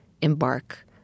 embark